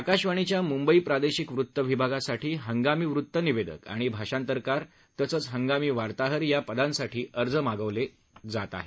आकाशवाणीच्या मुंबई प्रादेशिक वृत्त विभागासाठी हंगामी वृतनिवेदक आणि भाषांतरकार तसंच हंगामी वार्ताहर या पदांसाठी अर्ज मागवण्यात येत आहेत